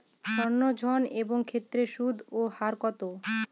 সর্ণ ঋণ এর ক্ষেত্রে সুদ এর হার কত?